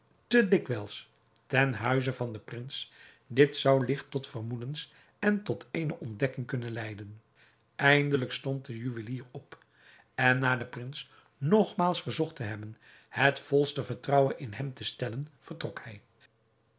te dikwijls ten huize van den prins dit zou ligt tot vermoedens en tot eene ontdekking kunnen leiden eindelijk stond de juwelier op en na den prins nogmaals verzocht te hebben het volste vertrouwen in hem te stellen vertrok hij